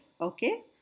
Okay